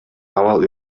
абал